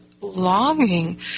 longing